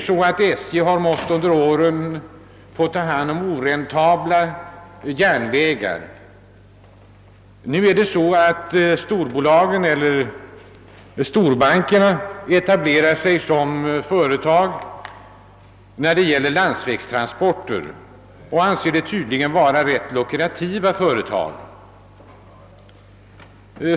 SJ har ju under årens lopp fått ta hand om oräntabla järnvägar, men nu etablerar sig storbolag och storbanker då det gäller landsvägstransporter, som de tydligen anser vara en rätt lukrativ affär.